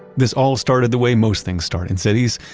this all started the way most things start in cities,